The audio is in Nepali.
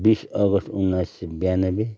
बिस अगस्त उन्नाइस सय ब्यानब्बे